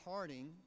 Harding